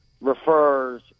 refers